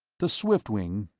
the swiftwing,